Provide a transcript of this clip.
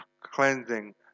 cleansing